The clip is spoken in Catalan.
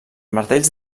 martells